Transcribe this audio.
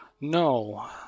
No